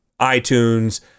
iTunes